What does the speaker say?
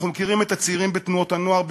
אנחנו מכירים את הצעירים בתנועות הנוער,